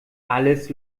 alles